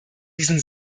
diesen